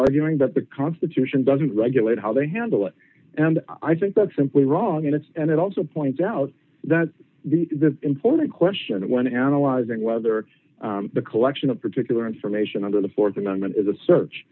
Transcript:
arguing that the constitution doesn't regulate how they handle it and i think that's simply wrong and it's and it also points out that the important question when analyzing whether the collection of particular information under the th amendment is a search